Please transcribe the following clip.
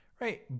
right